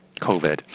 COVID